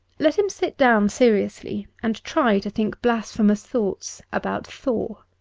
let him sit down seriously and try to think blasphemous thoughts about thor.